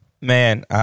Man